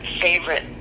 favorite